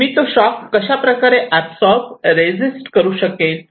मी तो शॉक कशाप्रकारे absorb resist करू शकेल